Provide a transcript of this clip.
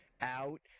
out